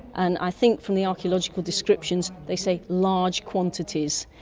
and i think from the archaeological descriptions they say large quantities,